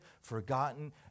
forgotten